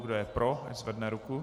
Kdo je pro, ať zvedne ruku.